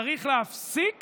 צריך להפסיק